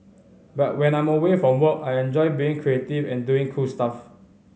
but when I'm away from work I enjoy being creative and doing cool stuff